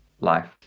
life